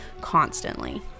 constantly